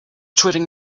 treating